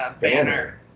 Banner